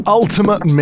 ultimate